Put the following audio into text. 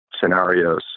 scenarios